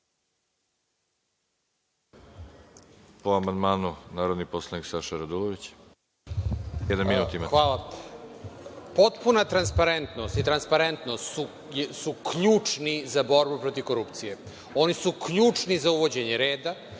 amandmanu, narodni poslanik Saša Radulović. Jedan minut imate. **Saša Radulović** Potpuna transparentnost i transparentnost su ključni za borbu protiv korupcije. Oni su ključni za uvođenje reda,